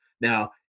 Now